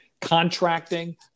contracting